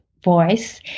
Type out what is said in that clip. voice